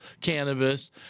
cannabis